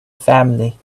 family